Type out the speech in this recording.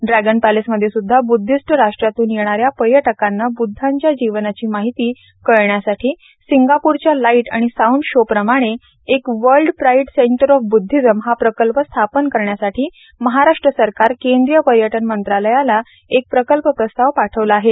dragon पॅलेसमध्ये स्ध्दा Buddhist राष्ट्रांतून येणा या पर्यटकांना ब्द्धांच्या जीवनाची माहिती कळण्यासाठी सिंगापूरच्या लाईट आणि साउंड शो प्रमाणे एक world pride centre of Buddhism हा प्रकल्प स्थापन करण्यासाठी महाराष्ट्र सरकार केंद्रीय पर्यटन मंत्र्यालयास एक प्रकल्प प्रस्ताव पाठविला आहे